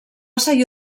seguir